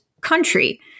country